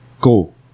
go